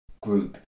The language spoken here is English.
group